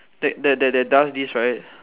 that that that that does this right